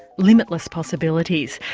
limitless possibilities.